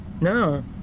No